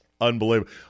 Unbelievable